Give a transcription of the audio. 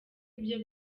ibyo